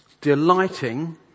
delighting